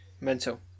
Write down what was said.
Mental